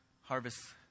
Harvest